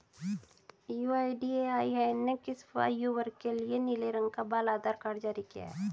UIDAI ने किस आयु वर्ग के लिए नीले रंग का बाल आधार कार्ड जारी किया है?